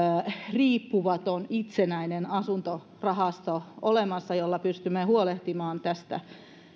riippumaton itsenäinen asuntorahasto jolla pystymme huolehtimaan